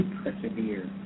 persevere